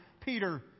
Peter